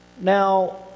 Now